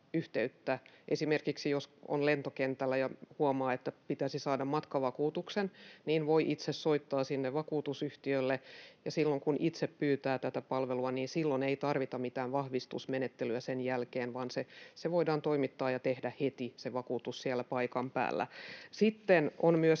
esimerkiksi jos on lentokentällä ja huomaa, että pitäisi saada matkavakuutus, niin voi itse soittaa sinne vakuutusyhtiölle, ja silloin kun itse pyytää tätä palvelua, ei tarvita mitään vahvistusmenettelyä sen jälkeen, vaan se vakuutus voidaan toimittaa ja tehdä heti siellä paikan päällä. Sitten on myös